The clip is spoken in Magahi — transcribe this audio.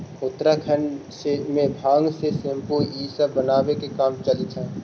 उत्तराखण्ड में भाँग से सेम्पू इ सब बनावे के काम चलित हई